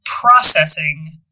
processing